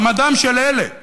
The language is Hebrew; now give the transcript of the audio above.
מעמדם של אלה,